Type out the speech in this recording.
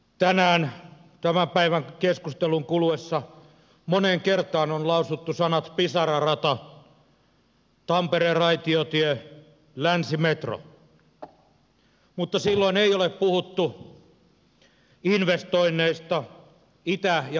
tänään tämän päivän keskustelun kuluessa moneen kertaan on lausuttu sanat pisara rata tampereen raitiotie länsimetro mutta silloin ei ole puhuttu investoinneista itä ja pohjois suomeen